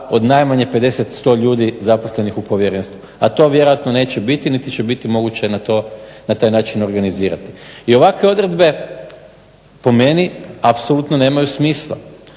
od najmanje 50, 100 ljudi zaposlenih u povjerenstvu, a to vjerojatno neće biti niti će biti moguće na taj način organizirati. I ovakve odredbe po meni apsolutno nemaju smisla